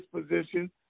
position